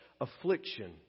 affliction